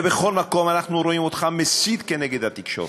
ובכל מקום אנחנו רואים אותך מסית נגד התקשורת.